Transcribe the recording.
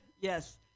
Yes